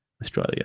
Australia